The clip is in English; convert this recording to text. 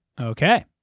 Okay